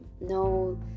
No